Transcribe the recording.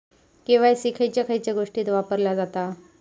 KYC खयच्या खयच्या गोष्टीत वापरला जाता?